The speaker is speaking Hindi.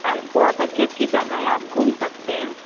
और बहुत अच्छी अच्छी जगहें आप घूम सकते हैं